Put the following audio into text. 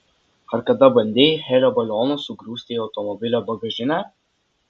ar kada bandei helio balionus sugrūsti į automobilio bagažinę